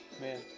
Man